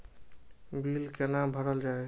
Bill कैना भरल जाय?